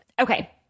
Okay